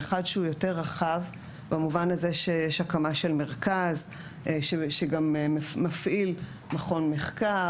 אחד שהא יותר רחב במובן הזה שיש הקמה של מרכז שגם מפעיל מכון מחקר,